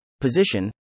position